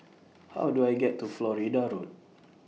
How Do I get to Florida Road